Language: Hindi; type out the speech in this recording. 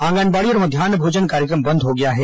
आंगनबाड़ी और गध्यान्ह भोजन कार्यक्रम बंद हो गया है